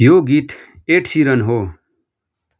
यो गीत Ed Sheeran हो